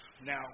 Now